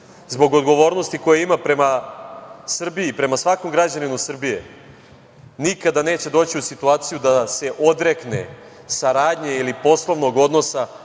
zbog odgovornosti koju ima prema Srbiji, prema svakom građaninu Srbije, nikada neće doći u situaciju da se odrekne saradnje ili poslovnog odnosa,